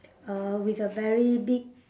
uh with a very big